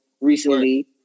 recently